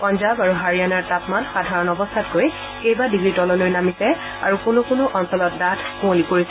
পাঞ্জাৱ আৰু হাৰিয়ানাৰ তাপমান সাধাৰণ অৱস্থাতকৈ কেইবা ডিগ্ৰী তললৈ নামিছে আৰু কোনো কোনো অঞ্চলত ডাঠ কুঁৱলী পৰিছে